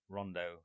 Rondo